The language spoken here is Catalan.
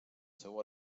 seu